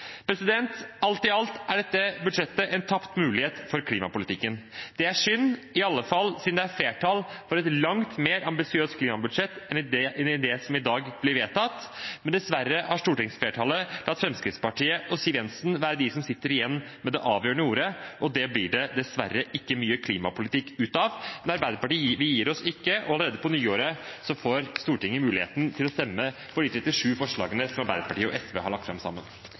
Alt i alt er dette budsjettet en tapt mulighet for klimapolitikken. Det er synd, i alle fall siden det er flertall for et langt mer ambisiøst klimabudsjett enn det som i dag blir vedtatt. Dessverre har stortingsflertallet latt Fremskrittspartiet og Siv Jensen være dem som sitter igjen med det avgjørende ordet. Det blir det dessverre ikke mye klimapolitikk av. Men vi i Arbeiderpartiet gir oss ikke, og allerede på nyåret får Stortinget mulighet til å stemme for de 37 forslagene som Arbeiderpartiet og SV har lagt fram sammen.